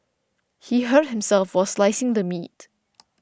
he hurt himself while slicing the meat